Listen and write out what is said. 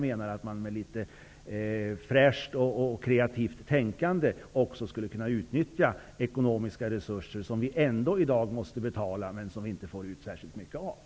Med litet fräscht och kreativt tänkande går det att utnyttja de ekonomiska resurser som vi ändå måste betala för i dag men inte får ut särskilt mycket för.